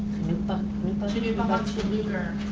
but cannupa. cannupa hanska luger